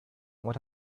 what